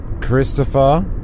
christopher